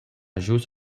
ĵus